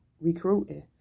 recruiting